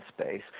space